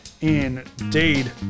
indeed